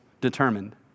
determined